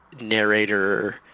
narrator